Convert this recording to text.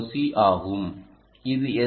C ஆகும் இது S